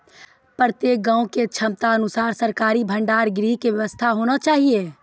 प्रत्येक गाँव के क्षमता अनुसार सरकारी भंडार गृह के व्यवस्था होना चाहिए?